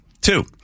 Two